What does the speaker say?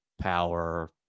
power